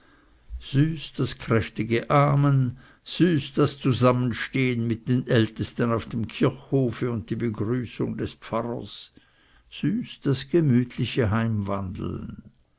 süß das kräftige amen süß das zusammenstehen mit den ältesten auf dem kirchhofe und die begrüßung des pfarrers süß das gemütliche